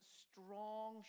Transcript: strong